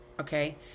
Okay